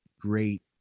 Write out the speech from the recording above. great